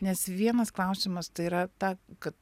nes vienas klausimas tai yra ta kad